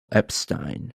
epstein